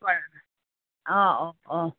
হয় অঁ অঁ